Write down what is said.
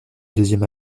deuxième